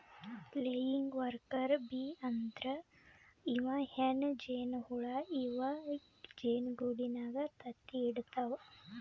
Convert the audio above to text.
laying worker bee ಅಂದ್ರ ಇವ್ ಹೆಣ್ಣ್ ಜೇನಹುಳ ಇವ್ ಜೇನಿಗೂಡಿನಾಗ್ ತತ್ತಿ ಇಡತವ್